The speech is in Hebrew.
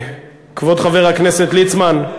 כבוד חבר הכנסת ליצמן,